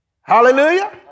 Hallelujah